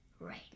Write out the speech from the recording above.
Right